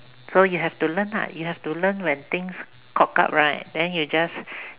so you have to learn lah you have to learn when things cock up right then you just